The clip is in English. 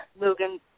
Logan